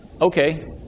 Okay